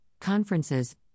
conferences